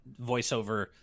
voiceover